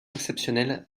exceptionnelle